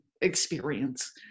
experience